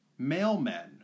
Mailmen